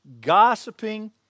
gossiping